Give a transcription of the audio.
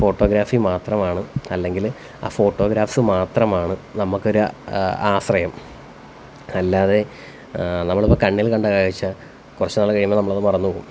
photography മാത്രമാണ് അല്ലെങ്കില് ആ ഫോട്ടോഗ്രാഫ്സ് മാത്രമാണ് നമുക്കൊര് ആശ്രയം അല്ലാതെ നമ്മളിപ്പം കണ്ണില്കണ്ട കാഴ്ച്ച കുറച്ചുനാള് കഴിയുമ്പം നമ്മളത് മറന്നുപോകും